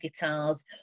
guitars